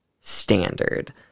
standard